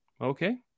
Okay